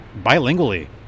bilingually